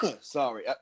sorry